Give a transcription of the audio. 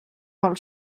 vol